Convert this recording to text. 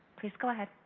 please go ahead.